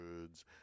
words